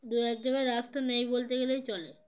দু এক জায়গায় রাস্তা নেই বলতে গেলেই চলে